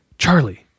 Charlie